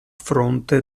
fronte